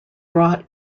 brought